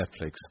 Netflix